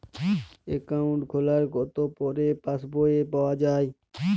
Account খোলার কতো পরে পাস বই পাওয়া য়ায়?